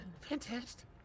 Fantastic